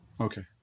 Okay